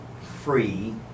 free